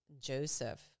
Joseph